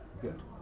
good